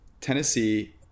Tennessee